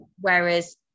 Whereas